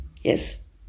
yes